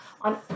on